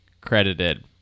credited